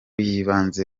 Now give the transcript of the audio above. y’ibanze